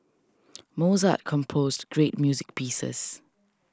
Mozart composed great music pieces